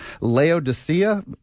Laodicea